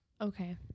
Okay